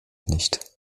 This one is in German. nicht